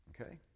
Okay